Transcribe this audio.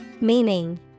Meaning